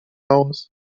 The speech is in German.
aus